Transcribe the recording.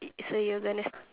uh so you're gonna st~